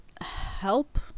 help